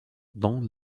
dont